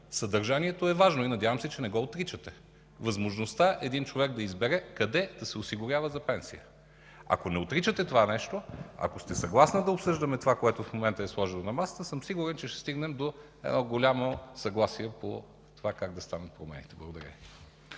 Съдържанието е важно и, надявам се, че не го отричате. Възможността един човек да избере къде да се осигурява за пенсия. Ако не отричате това нещо, ако сте съгласна да обсъждаме това, което в момента е сложено на масата, съм сигурен, че ще стигнем до едно голямо съгласие по това как да станат промените. Благодаря